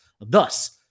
Thus